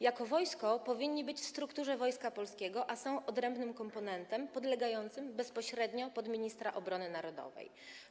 Jako wojsko powinni być w strukturze Wojska Polskiego, a są odrębnym komponentem podlegającym bezpośrednio ministrowi obrony narodowej.